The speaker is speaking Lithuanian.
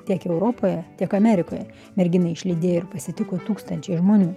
tiek europoje tiek amerikoje merginą išlydėjo ir pasitiko tūkstančiai žmonių